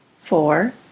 Four